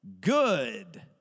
good